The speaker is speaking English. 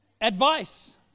advice